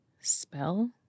spell